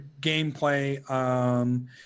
gameplay